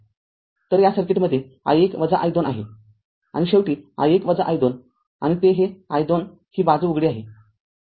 तर या सर्किटमध्ये हे i१ i२ आहे आणि शेवटी i१ i२ आणि ते हे i२ ही बाजू उघडलेली आहे